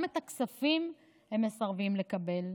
גם את הכספים הם מסרבים לקבל.